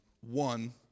one